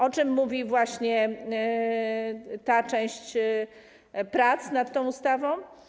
O czym mówi właśnie ta część prac nad tą ustawą?